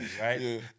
right